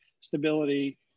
stability